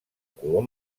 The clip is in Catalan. color